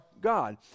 God